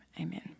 amen